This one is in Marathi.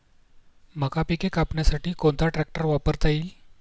मका पिके कापण्यासाठी कोणता ट्रॅक्टर वापरता येईल?